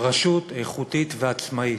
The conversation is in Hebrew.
רשות איכותית ועצמאית.